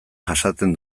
jasaten